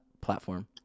platform